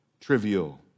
trivial